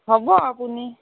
হ'ব আপুনি